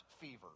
fever